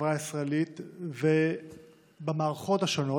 בחברה הישראלית ובמערכות השונות,